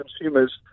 consumers